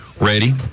Ready